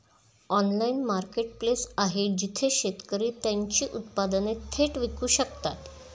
Online marketplace आहे जिथे शेतकरी त्यांची उत्पादने थेट विकू शकतात?